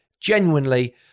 genuinely